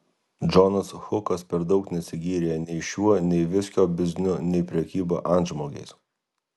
džonas hukas per daug nesigyrė nei šiuo nei viskio bizniu nei prekyba antžmogiais